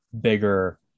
bigger –